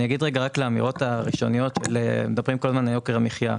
מדברים כל הזמן על יוקר המחייה.